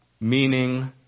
meaning